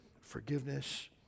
forgiveness